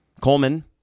Coleman